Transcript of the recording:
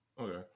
Okay